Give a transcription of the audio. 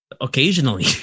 occasionally